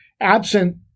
Absent